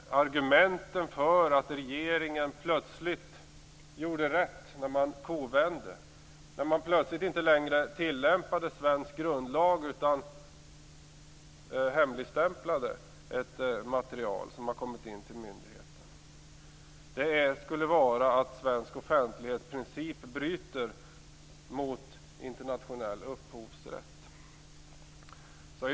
Argumenten för att regeringen plötsligt sades göra rätt när den kovände och inte längre tilllämpade svensk grundlag utan hemligstämplade ett material som kommit in till en myndighet. Det skulle vara att svensk offentlighetsprincip bryter mot internationell upphovsrätt.